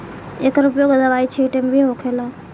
एकर उपयोग दवाई छींटे मे भी होखेला